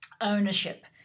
ownership